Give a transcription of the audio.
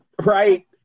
right